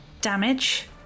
damage